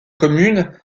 commune